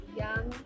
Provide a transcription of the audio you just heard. young